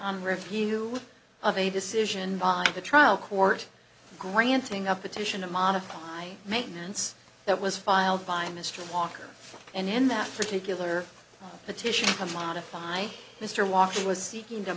on review of a decision by the trial court granting of petition to modify maintenance that was filed by mr walker and in that particular petition to modify mr walker was seeking to